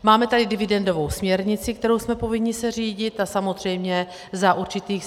Máme tady dividendovou směrnici, kterou jsme povinni se řídit, a samozřejmě za určitých...